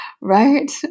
right